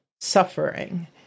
suffering